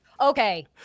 Okay